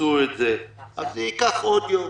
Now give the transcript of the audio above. יאמצו את זה, אז זה ייקח עוד יום,